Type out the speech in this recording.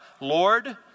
Lord